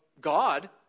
God